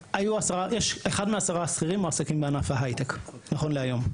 אחד מעשרה שכירים מועסקים בענף ההייטק נכון להיום,